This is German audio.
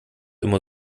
immer